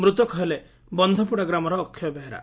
ମୃତକ ହେଲେ ବକ୍ଷୋପଡା ଗ୍ରାମର ଅକ୍ଷୟ ବେହେରା